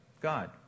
God